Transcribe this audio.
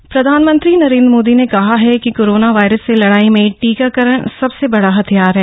प्रधानमंत्री बैठक प्रधानमंत्री नरेन्द्र मोदी ने कहा है कि कोरोना वायरस से लड़ाई में टीकाकरण सबसे बड़ा हथियार है